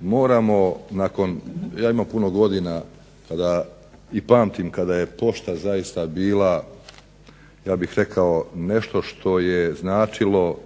moramo ja imam puno godina kada i pamtim kada je pošta zaista bila ja bih rekao nešto što je značilo